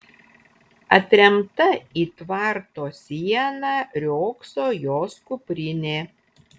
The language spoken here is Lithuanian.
atremta į tvarto sieną riogso jos kuprinė